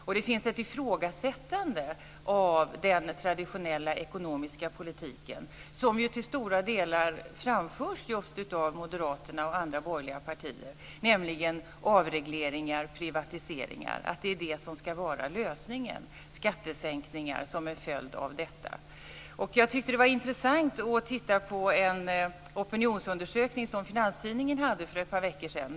Och det finns ett ifrågasättande av den traditionella ekonomiska politiken, som ju till stora delar framförs just av Moderaterna och andra borgerliga partier, nämligen att avregleringar och privatiseringar ska vara lösningen och skattesänkningar som en följd av detta. Jag tyckte att det var intressant att titta på en opinionsundersökning som fanns i Finanstidningen för ett par veckor sedan.